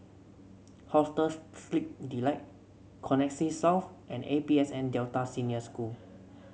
Hostels Sleep Delight Connexis South and A P S N Delta Senior School